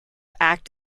act